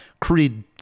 Creed